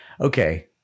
Okay